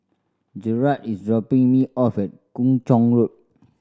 Gerhardt is dropping me off at Kung Chong Road